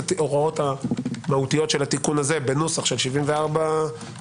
ההוראות המהותיות של התיקון הזה בנוסח של 74ו,